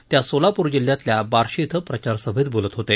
ते आज सोलापूर जिल्ह्यातल्या बार्शी क्वि प्रचारसभेत बोलत होते